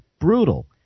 brutal